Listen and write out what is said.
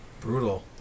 Brutal